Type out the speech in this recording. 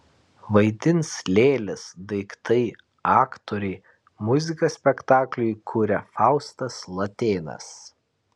vaidins lėlės daiktai aktoriai muziką spektakliui kuria faustas latėnas